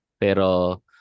Pero